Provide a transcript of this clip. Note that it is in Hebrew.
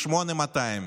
8200,